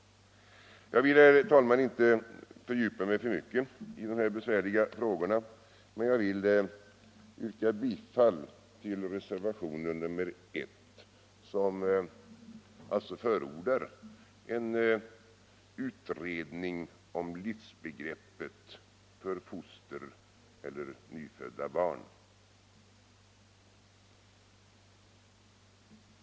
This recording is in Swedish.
Jag vill, herr talman, inte fördjupa mig för mycket i dessa besvärliga frågor, men jag vill yrka bifall till reservationen 1, som alltså förordar en utredning om livsbegreppet för foster eller nyfödda barn.